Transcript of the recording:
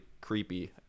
creepy